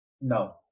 No